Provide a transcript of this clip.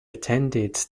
attended